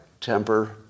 temper